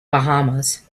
bahamas